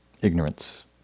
ignorance